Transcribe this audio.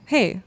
Hey